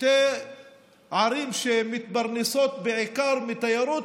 שתי ערים שמתפרנסות בעיקר מתיירות,